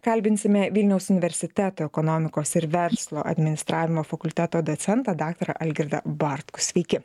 kalbinsime vilniaus universiteto ekonomikos ir verslo administravimo fakulteto docentą daktarą algirdą bartkų sveiki